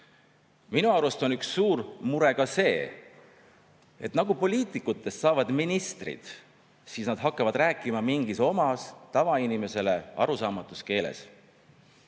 Minu arust on üks suur mure ka see, et nagu poliitikutest saavad ministrid, hakkavad nad rääkima mingis omas, tavainimesele arusaamatus keeles.